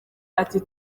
ati